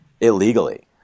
illegally